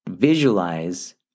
Visualize